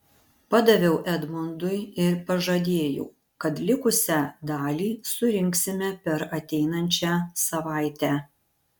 padaviau edmundui ir pažadėjau kad likusią dalį surinksime per ateinančią savaitę